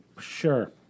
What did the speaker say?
Sure